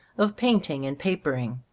of painting and papering.